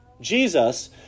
Jesus